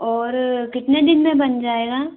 और कितने दिन में बन जाएगा